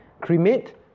Cremate